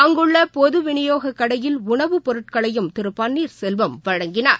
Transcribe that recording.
அங்குள்ளபொதுவிநியோககடையில் உணவுப் பொருட்களையும் திருபன்னீர்செல்வம் வழங்கினார்